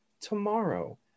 tomorrow